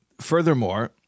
Furthermore